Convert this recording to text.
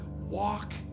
walk